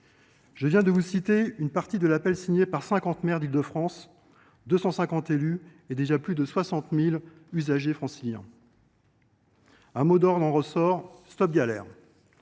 Je viens de vous citer une partie de l’appel signé par 50 maires d’Île de France, 250 élus et déjà plus de 60 000 usagers franciliens. Un mot d’ordre en ressort :« Stop à la